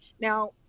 Now